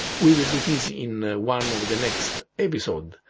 we will do this in one of the next episode,